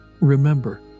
Remember